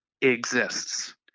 exists